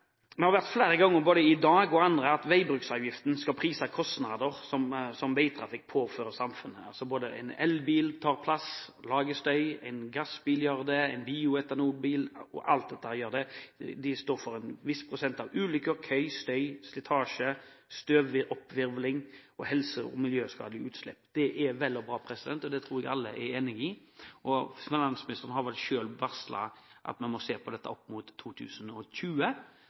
dag og andre dager – sagt at veibruksavgiften skal prise kostnader som veitrafikk påfører samfunnet. En elbil tar plass og lager støy, en gassbil gjør det, en bioetanolbil gjør det – alt dette gjør det. Disse står for en viss prosent av ulykker, kø, støy, slitasje, støvoppvirvling og helse- og miljøskadelige utslipp. Det er vel og bra, det tror jeg alle er enig i. Finansministeren har vel selv varslet at man må se på dette fram mot 2020.